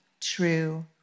true